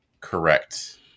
correct